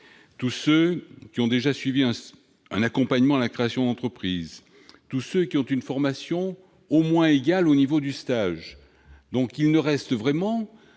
tous ceux qui ont déjà suivi un accompagnement à la création d'entreprise ou tous ceux qui ont une formation au moins égale au niveau du stage ; il ne reste donc vraiment